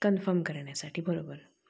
confirm करण्यासाठी बरोबर